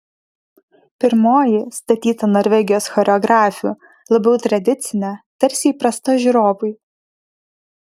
pirmoji statyta norvegijos choreografių labiau tradicinė tarsi įprasta žiūrovui